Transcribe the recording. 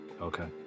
Okay